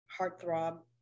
heartthrob